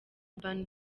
urban